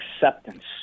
acceptance